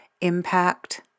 impact